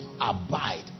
abide